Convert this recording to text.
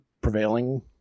prevailing